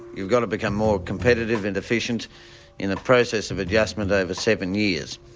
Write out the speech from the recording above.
you've got to become more competitive and efficient in the process of adjustment over seven years.